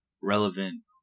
relevant